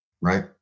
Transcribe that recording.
Right